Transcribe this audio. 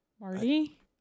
Marty